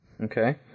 Okay